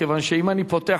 מכיוון שאם אני פותח,